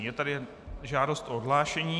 Je tady žádost o odhlášení.